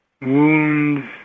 Wounds